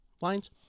lines